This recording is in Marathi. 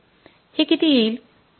हे किती येईल